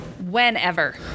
Whenever